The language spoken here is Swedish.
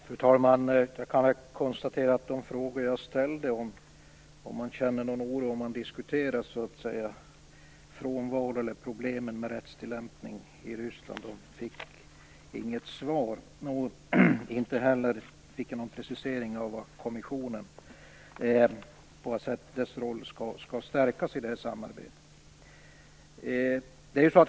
Fru talman! Jag kan konstatera att jag inte fick något svar på de frågor som jag ställde om ifall man känner någon oro när man diskuterar problemen med rättstillämpning i Ryssland. Jag fick inte heller någon precisering när det gäller hur kommissionens roll skall stärkas i samarbetet.